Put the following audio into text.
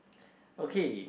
okay